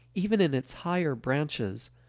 even in its higher branches,